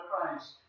Christ